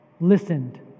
listened